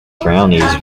brownies